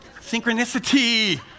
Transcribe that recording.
Synchronicity